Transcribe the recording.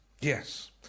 Yes